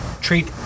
treat